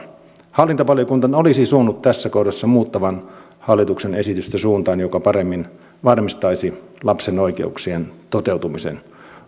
hallintovaliokunnan olisi suonut tässä kohdassa muuttavan hallituksen esitystä suuntaan joka paremmin varmistaisi lapsen oikeuksien toteutumisen